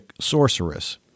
sorceress